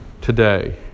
today